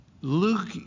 Luke